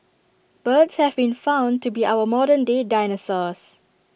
birds have been found to be our modern day dinosaurs